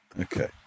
okay